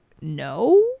no